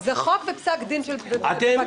זה חוק ופסק דין של ב"גץ.